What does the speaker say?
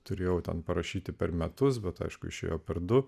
turėjau ten parašyti per metus bet aišku išėjo per du